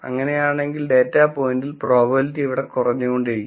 അങ്ങനെയാണെങ്കിൽ ഡാറ്റാ പോയിന്റിന്റെ പ്രോബബിലിറ്റി ഇവിടെ കുറഞ്ഞുകൊണ്ടേയിരിക്കും